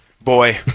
Boy